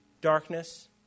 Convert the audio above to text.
darkness